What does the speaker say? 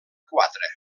quatre